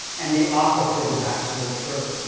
and the opposite is actually true.